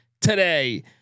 today